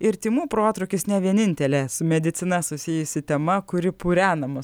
ir tymų protrūkis ne vienintelė su medicina susijusi tema kuri purena mus